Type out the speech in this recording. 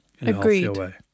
agreed